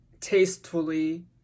tastefully